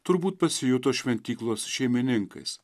turbūt pasijuto šventyklos šeimininkais